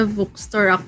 Bookstore